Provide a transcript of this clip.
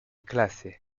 classe